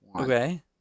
Okay